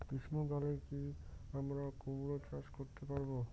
গ্রীষ্ম কালে কি আমরা কুমরো চাষ করতে পারবো?